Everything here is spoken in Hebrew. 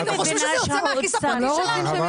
אתם חושבים שזה יוצא מהכיס הפרטי שלנו?